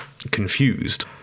confused